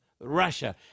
Russia